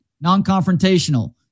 Non-confrontational